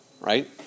right